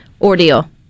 ordeal